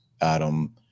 Adam